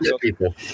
people